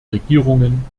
regierungen